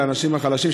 לאנשים החלשים,